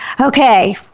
Okay